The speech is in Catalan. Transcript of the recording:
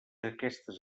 aquestes